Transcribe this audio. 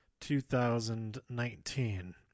2019